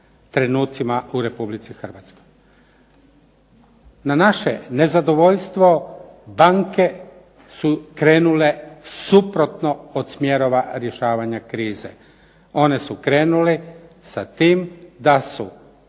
trenucima u Republici Hrvatskoj. Na naše nezadovoljstvo banke su krenule suprotno od smjerova rješavanja krize. One su krenule sa tim da su